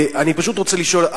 אני פשוט רוצה לשאול,